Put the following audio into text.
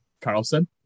carlson